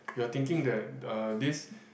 you're thinking the uh this